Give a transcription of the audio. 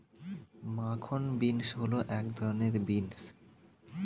মাখন বিন্স হল এক ধরনের বিন্স